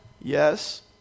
Yes